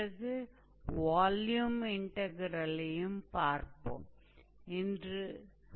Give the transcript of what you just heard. பிறகு வால்யூம் இன்டக்ரெலையும் பார்ப்போம்